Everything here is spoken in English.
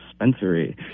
dispensary